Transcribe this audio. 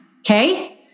okay